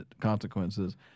consequences